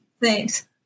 Thanks